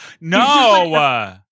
No